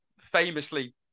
famously